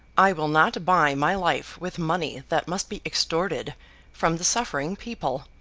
i will not buy my life with money that must be extorted from the suffering people.